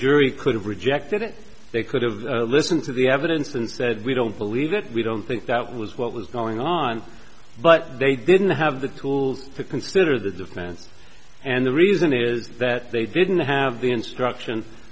jury could have rejected it they could have listened to the evidence and said we don't believe it we don't think that was what was going on but they didn't have the tools to consider this event and the reason is that they didn't have the instructions